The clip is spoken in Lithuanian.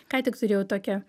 ką tik turėjau tokią